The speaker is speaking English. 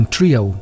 Trio